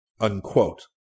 Unquote